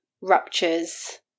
ruptures